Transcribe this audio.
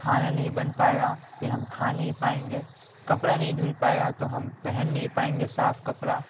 کھانا نہیں بن پائے گا پھر ہم کھا نہیں پائیں گے کپڑا نہیں دھل پائے گا تو ہم پہن نہیں پائیں گے صاف کپڑا